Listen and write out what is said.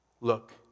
Look